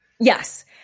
Yes